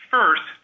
First